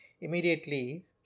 immediately